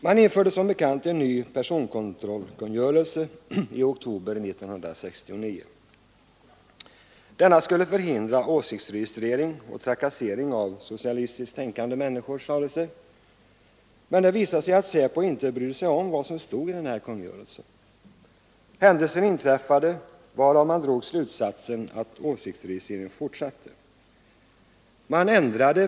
Man införde som bekant en ny personkontrollkungörelse i oktober 1969. Den skulle förhindra åsiktsregistrering och trakasserier av socialistiskt tänkande människor, sades det. Men det visade sig att SÄPO inte brydde sig om vad som stod i denna kungörelse. Händelser inträffade, varav man drog slutsatsen att åsiktsregistreringen fortsatte.